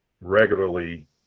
regularly